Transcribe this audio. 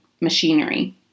machinery